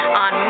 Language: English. on